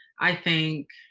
i think.